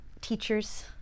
teachers